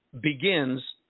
begins